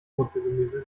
wurzelgemüse